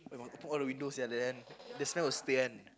where you want to put all the windows sia at the end the smell will